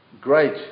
great